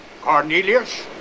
Cornelius